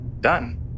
done